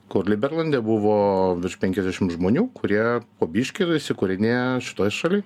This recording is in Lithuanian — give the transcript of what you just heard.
kur liberlande buvo virš penkiasdešim žmonių kurie po biškį įkūrinėja šitoj šaly